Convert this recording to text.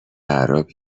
اعراب